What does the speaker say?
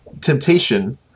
temptation